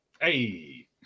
hey